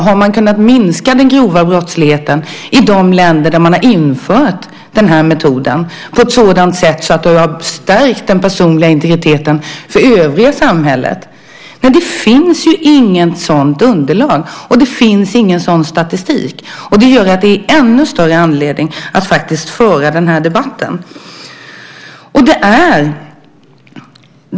Har man kunnat minska den grova brottsligheten i de länder där man har infört den här metoden på ett sådant sätt att det har stärkt den personliga integriteten för övriga i samhället? Det finns inget sådant underlag, och det finns ingen sådan statistik. Det gör att det är ännu större anledning att föra den här debatten.